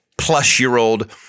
plus-year-old